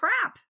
crap